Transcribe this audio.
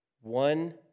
one